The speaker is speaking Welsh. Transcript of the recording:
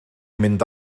mynd